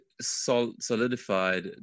solidified